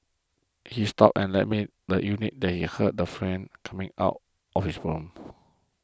he stopped and left me the unit that he heard the friend coming out of his room